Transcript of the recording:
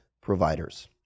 providers